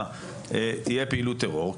תהיה פעילות טרור,